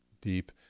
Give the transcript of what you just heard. deep